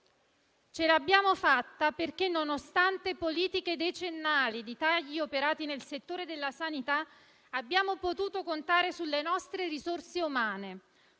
Ce l'abbiamo fatta perché, nonostante politiche decennali di tagli operati nel settore della sanità, abbiamo potuto contare sulle nostre risorse umane,